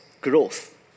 growth